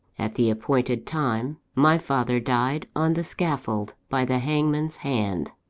at the appointed time, my father died on the scaffold by the hangman's hand.